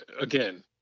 Again